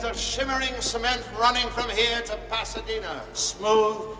so shimmering cement running from here to pasadena. smooth,